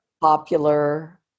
Popular